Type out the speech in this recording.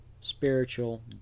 spiritual